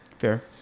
fair